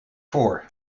voor